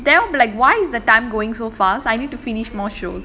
that will be like why is the time going so fast I need to finish more shows